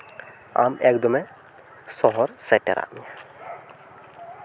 ᱟᱢ ᱮᱠᱫᱚᱢᱮ ᱥᱚᱦᱚᱨ ᱥᱮᱴᱮᱨᱟᱫ ᱢᱮᱭᱟ